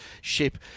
ship